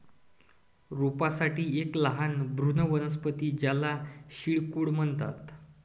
रोपांसाठी एक लहान भ्रूण वनस्पती ज्याला सीड कोट म्हणतात